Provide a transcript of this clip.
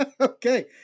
Okay